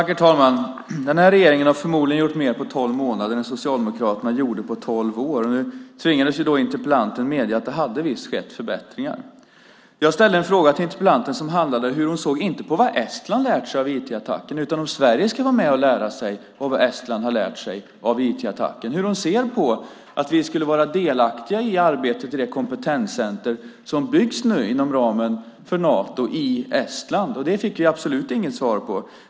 Herr talman! Den här regeringen har förmodligen gjort mer på tolv månader än Socialdemokraterna gjorde på tolv år. Nu tvingades interpellanten medge att det visst hade skett förbättringar. Jag ställde en fråga till interpellanten som handlade om, inte hur hon såg på vad Estland lärt sig av IT-attacken, utan om Sverige ska vara med och lära sig av vad Estland har lärt sig av IT-attacken och hur hon ser på att vi skulle vara delaktiga i arbetet med det kompetenscenter som byggs nu inom ramen för Nato i Estland. Det fick vi absolut inget svar på.